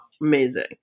Amazing